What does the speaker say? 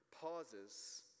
Pauses